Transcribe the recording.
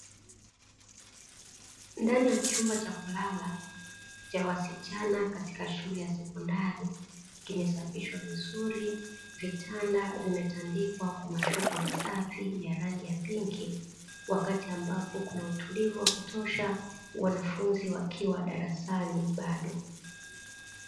Ndani ya chumba, cha kulala cha wasichana katika shule ya sekondari kimesafishwa vizuri, vitanda vimetandikwa kwa mashuka masafi ya rangi ya pinki, wakati ambapo kuna utulivu wa kutosha wanafunzi wakiwa darasani bado.